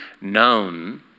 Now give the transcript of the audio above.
known